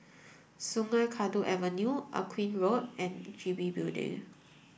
Sungei Kadut Avenue Aqueen Road and G B Building